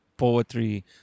poetry